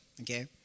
Okay